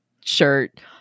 shirt